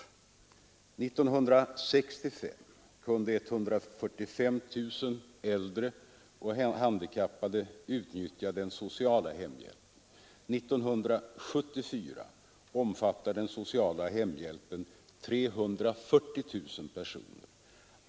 År 1965 kunde 145 000 äldre och handikappade utnyttja den sociala hemhjälpen. År 1974 omfattar den sociala hemhjälpen 340 000 personer.